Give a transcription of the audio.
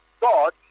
God